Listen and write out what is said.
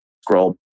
scroll